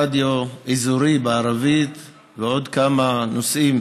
רדיו אזורי בערבית ועוד כמה נושאים